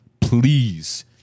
Please